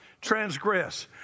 transgress